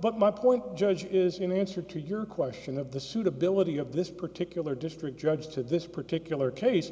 but my point judge is in answer to your question of the suitability of this particular district judge to this particular case